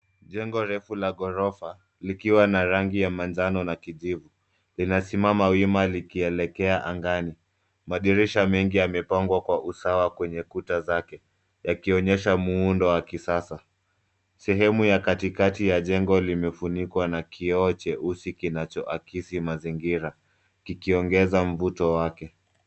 Jengo refu la ghorofa likiwa na rangi ya manjano na kijivu. linasimama wima likielekea angani. Madirisha mengi yamepangwa kwa usawa kwenye kuta zake yakionyesha muundo wa kisasa. Sehemu ya katikati la jengo limefunikwa na kioo cheusi kinachoakisi mazingira kikiongeza mvuto wake.